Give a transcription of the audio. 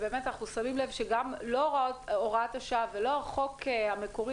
אנחנו שמים לב שהוראת השעה ולא החוק המקורי,